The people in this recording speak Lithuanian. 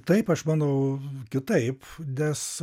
taip aš manau kitaip nes